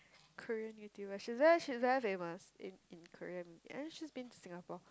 Korean YouTuber she's very she's very famous in in Korean and she's been Singapore